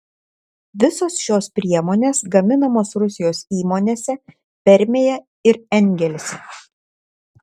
visos šios priemonės gaminamos rusijos įmonėse permėje ir engelse